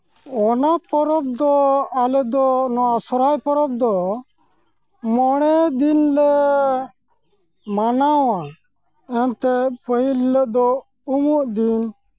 ᱚᱱᱟ ᱯᱚᱨᱚᱵᱽ ᱫᱚ ᱟᱞᱮ ᱫᱚ ᱱᱚᱣᱟ ᱥᱚᱨᱦᱟᱭ ᱯᱚᱨᱚᱵᱽ ᱫᱚ ᱢᱚᱬᱮ ᱫᱤᱱ ᱞᱮ ᱢᱟᱱᱟᱣᱟ ᱮᱱᱛᱮᱫ ᱯᱟᱹᱦᱤᱞ ᱦᱤᱞᱟᱹᱜ ᱫᱚ ᱩᱢᱩᱜ ᱫᱤᱱ